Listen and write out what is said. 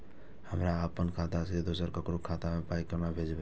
हमरा आपन खाता से दोसर ककरो खाता मे पाय कोना भेजबै?